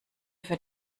für